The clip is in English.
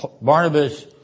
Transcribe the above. Barnabas